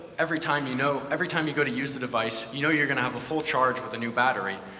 every time you know every time you go to use the device, you know you're going to have a full charge with a new battery,